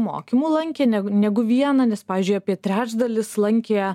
mokymų lankė negu negu vieną nes pavyzdžiui apie trečdalis lankė